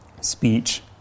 speech